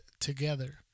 together